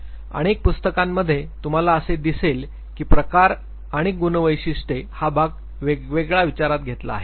अनेक पुस्तकांमध्ये तुम्हाला असे दिसेल की प्रकार आणि गुणवैशिष्ट हा भाग वेगवेगळा विचारात घेतला आहे